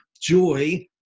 joy